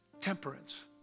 temperance